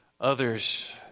others